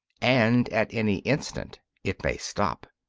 and at any instant it may stop.